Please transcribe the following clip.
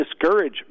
discourage